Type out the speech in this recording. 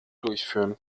durchführen